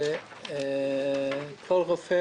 כך שכל רופא